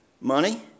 money